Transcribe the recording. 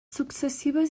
successives